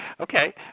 Okay